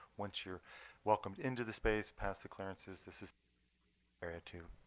once you're welcomed into the space past the clearances, this is area to?